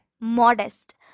modest